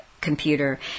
computer